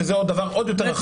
שזה דבר עוד יותר רחב.